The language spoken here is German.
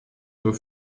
nur